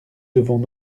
devons